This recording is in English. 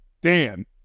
Dan